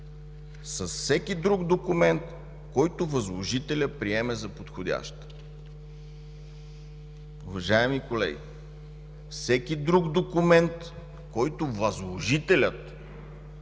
с всеки друг документ, който възложителят приеме за подходящ.” Уважаеми колеги, „всеки друг документ, който възложителят